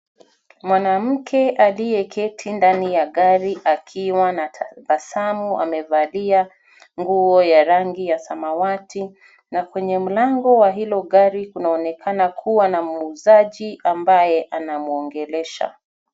Mwanamke aliyeketi ndani ya gari akiwa na tabasamu amevalia nguo ya rangi ya samawati, na kwenye mlango wa hilo gari kunaonekana kuwa na muuzaji ambaye anamuongelesha.